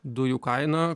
dujų kainą